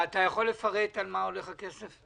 אתה יכול לפרט על מה הולך הכסף?